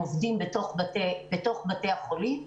הם עובדים בתוך בתי החולים,